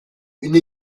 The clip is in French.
une